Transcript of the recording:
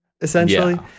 essentially